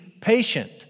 patient